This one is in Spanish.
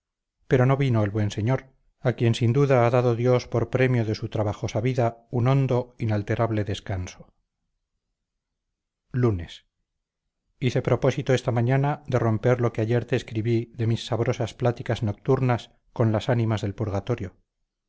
pero no vino el buen señor a quien sin duda ha dado dios por premio de su trabajosa vida un hondo inalterable descanso lunes hice propósito esta mañana de romper lo que ayer te escribí de mis sabrosas pláticas nocturnas con las ánimas del purgatorio